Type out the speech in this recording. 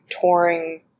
touring